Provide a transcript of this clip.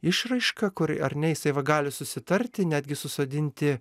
išraiška kur ar ne jisai va gali susitarti netgi susodinti